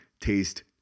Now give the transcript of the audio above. taste